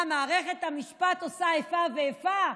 מה, מערכת המשפט עושה איפה ואיפה?